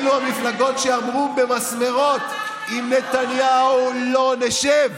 אלו המפלגות שקבעו מסמרות: עם נתניהו לא נשב.